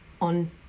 on